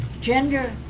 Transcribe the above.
gender